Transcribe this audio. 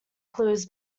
clues